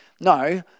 No